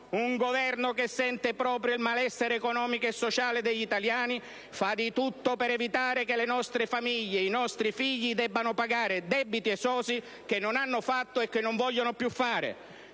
Un Governo che sente proprio il malessere economico e sociale degli italiani fa di tutto per evitare che le nostre famiglie ed i nostri figli debbano pagare debiti esosi che non hanno fatto e che non vogliono più fare!